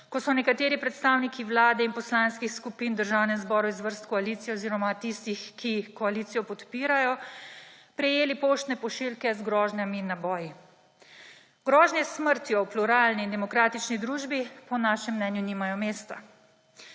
ko so nekateri predstavniki Vlade in poslanskih skupin v Državnem zboru iz vrst koalicije oziroma tistih, ki koalicijo podpirajo, prejeli poštne pošiljke z grožnjami in naboji. Grožnje s smrtjo v pluralni in demokratični družbi po našem mnenju nimajo mesta.